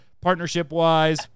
partnership-wise